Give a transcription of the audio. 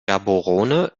gaborone